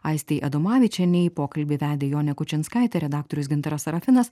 aistei adomavičienei pokalbį vedė jonė kučinskaitė redaktorius gintaras sarafinas